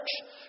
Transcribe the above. church